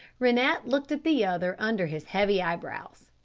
rennett looked at the other under his heavy eyebrows.